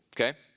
Okay